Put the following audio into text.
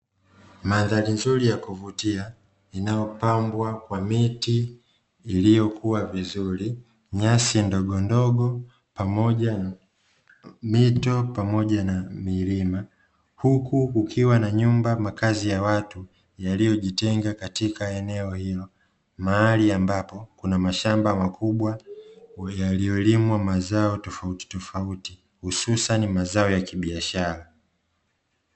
Mandhari nzuri ya kuvutia inayopambwa kwa miti iliyokuwa vizuri, nyasi ndogondogo pamoja mito pamoja na milima, huku kukiwa na nyumba makazi ya watu, yaliyojitenga katika eneo hilo, mahali ambapo kuna mashamba makubwa yaliyolimwa mazao tofautitofauti husasani mazao ya kibiashara.